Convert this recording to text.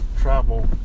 travel